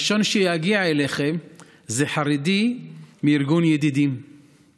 הראשון שיגיע אליכם זה חרדי מארגון "ידידים";